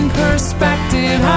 perspective